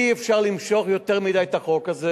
אי-אפשר למשוך יותר מדי את החוק הזה.